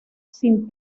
sin